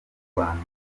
rwanda